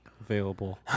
available